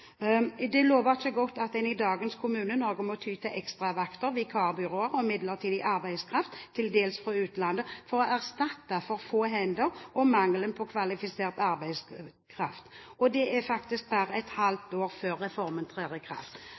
helsefagutdanning. Det lover ikke godt at en i dagens Kommune-Norge må ty til ekstravakter, vikarbyråer og midlertidig arbeidskraft, til dels fra utlandet, for å erstatte for få hender og mangelen på kvalifisert arbeidskraft. Det er faktisk bare et halvt år før reformen trer i kraft.